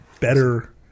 better